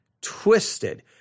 twisted